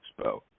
Expo